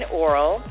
oral